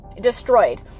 destroyed